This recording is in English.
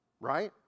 right